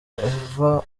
eva